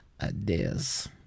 ideas